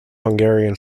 hungarian